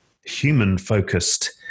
human-focused